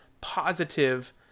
positive